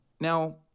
Now